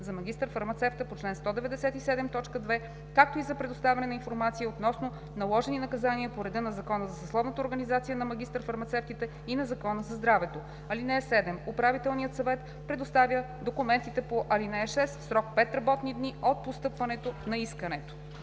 за магистър-фармацевта по чл. 197, т. 2, както и за предоставяне на информация относно наложени наказания по реда на Закона за съсловната организация на магистър-фармацевтите и на Закона за здравето. (7) Управителният съвет предоставя документите по ал. 6 в срок 5 работни дни от постъпване на искането.“